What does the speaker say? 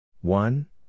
One